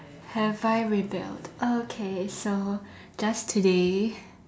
have I rebelled okay so just today